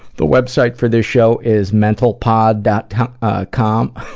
the website for this show is mentalpod dot tom ah com.